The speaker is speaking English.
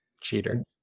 Cheater